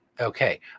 okay